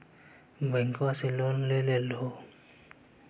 बैंकवा से लोनवा लेलहो हे?